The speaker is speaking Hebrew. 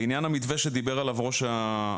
לעניין המתווה שדיבר עליו הפרויקטור,